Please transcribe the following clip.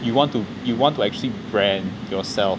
you want to you want to actually brand yourself